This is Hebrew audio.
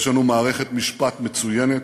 יש לנו מערכת משפט מצוינת,